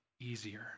easier